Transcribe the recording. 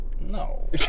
No